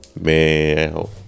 Man